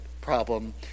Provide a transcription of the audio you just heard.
problem